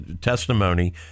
testimony